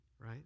right